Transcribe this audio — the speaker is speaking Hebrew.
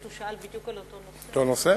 הוא שאל בדיוק על אותו נושא,